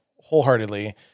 wholeheartedly